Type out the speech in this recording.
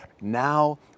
Now